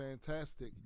fantastic